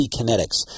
Kinetics